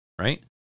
right